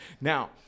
now